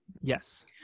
Yes